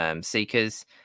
seekers